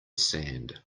sand